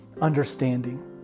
understanding